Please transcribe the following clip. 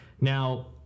now